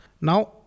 Now